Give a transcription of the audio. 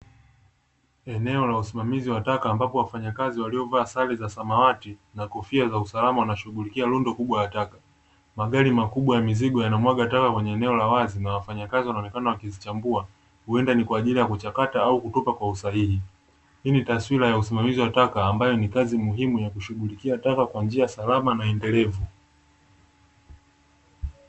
Eneo la usimamizi wa taka ambapo wafanyakazi waliovaa sare za samawati na kofia za usalama nashughulikia rundo kubwa la taka, magari makubwa ya mizigo yanamwaga taka kwenye eneo la wazi na wafanyakazi wanaonekana wakizichambua huenda ni kwa ajili ya kuchakata au kutupa kwa usahihi, hii ni taswira ya usimamizi wa taka ambayo ni kazi muhimu ya kushughulikia taka kwanjia salama na endelevu.